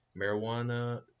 Marijuana